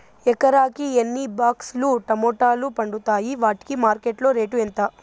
ఎకరాకి ఎన్ని బాక్స్ లు టమోటాలు పండుతాయి వాటికి మార్కెట్లో రేటు ఎంత?